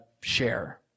share